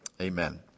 Amen